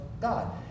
God